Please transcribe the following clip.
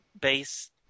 base